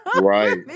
Right